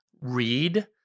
read